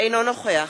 אינו נוכח